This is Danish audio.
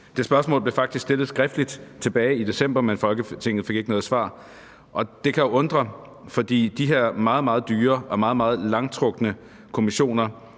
Det spørgsmål blev faktisk stillet skriftligt tilbage i december, men Folketinget fik ikke noget svar. Det kan jo undre, fordi Udvalget om undersøgelseskommissioner